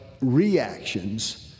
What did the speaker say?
reactions